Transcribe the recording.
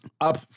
up